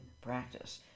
practice